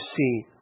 see